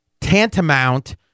tantamount